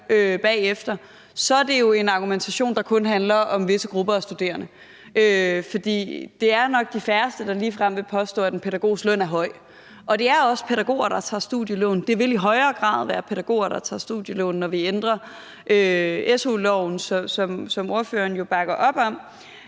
bagefter, er det en argumentation, der kun handler om visse grupper af studerende. For det er nok de færreste, der ligefrem vil påstå, at en pædagogs løn er høj, og det er også pædagoger, der tager studielån. Det vil i højere grad være pædagoger, der tager studielån, når vi ændrer su-loven, som ordføreren jo bakker op om.